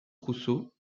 rousseau